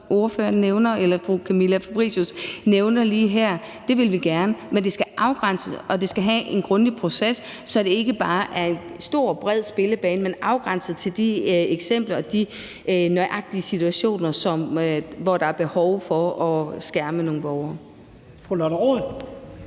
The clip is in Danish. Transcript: det andet, som fru Camilla Fabricius nævner lige her. Det vil vi gerne, men det skal afgrænses, og der skal være en grundig proces, så det ikke bare er en stor og bred spillebane. Det skal afgrænses til de eksempler og nøjagtig til de situationer, hvor der er behov for at skærme nogle borgere.